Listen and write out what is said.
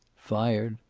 fired,